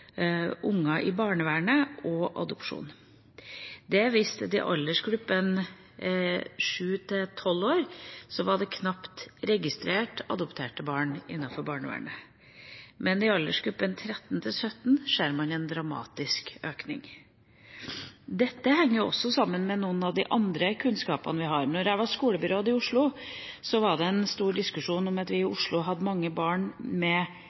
i barnevernet og adopsjon. Det viste seg at i aldersgruppa 7–12 år var det knapt registrert adopterte barn innenfor barnevernet. Men i aldersgruppa 13–17 år ser man en dramatisk økning. Dette henger også sammen med noe av den andre kunnskapen vi har. Da jeg var skolebyråd i Oslo, var det en stor diskusjon om at vi i Oslo hadde mange barn med